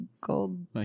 gold